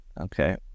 Okay